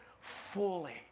fully